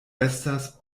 estas